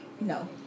No